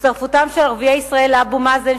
הצטרפותם של ערביי ישראל לאבו מאזן,